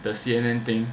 the C_N_N thing